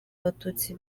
abatutsi